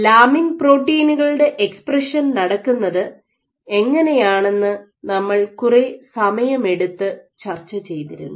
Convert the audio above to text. lamin പ്രോട്ടീനുകളുടെ expression നടക്കുന്നത് എങ്ങനെയാണെന്ന് നമ്മൾ കുറെ സമയമെടുത്തു ചർച്ച ചെയ്തിരുന്നു